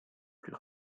plus